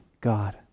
God